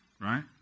right